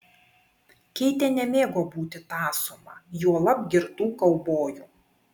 keitė nemėgo būti tąsoma juolab girtų kaubojų